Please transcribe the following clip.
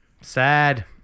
sad